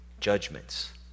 judgments